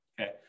Okay